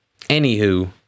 anywho